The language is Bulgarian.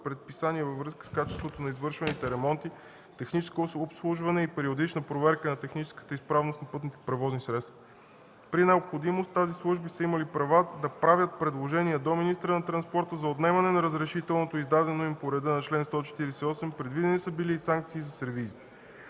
предписания във връзка с качеството на извършваните ремонти, техническо обслужване и периодична проверка на техническата изправност на пътните превозни средства. При необходимост тези служби са имали права да правят предложения до министъра на транспорта за отнемане на разрешителното, издадено им по реда на чл. 148, предвидени са били и санкции за сервизите.